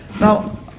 Now